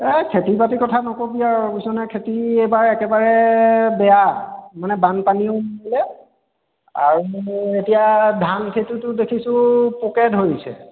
এই খেতি বাতিৰ কথা নক'বি আৰু বুজিছনে খেতি এইবাৰ একেবাৰে বেয়া মানে বানপানীও আহিলে আৰু এতিয়া ধানখেতিটো দেখিছোঁ পোকে ধৰিছে